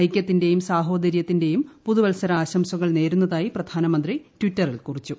ഐകൃത്തിന്റെയും സാഹോദര്യത്തിന്റെയും പുതുവത്സര ആശംസകൾ നേരുന്നതായി പ്രധാനമന്ത്രി ്ട്വിറ്ററിൽ കുറിച്ചു